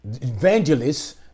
evangelists